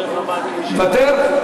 מוותר?